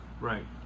Right